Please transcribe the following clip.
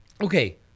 Okay